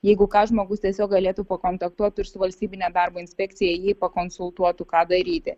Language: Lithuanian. jeigu ką žmogus tiesiog galėtų pakontaktuot ir su valstybine darbo inspekcija jį pakonsultuotų ką daryti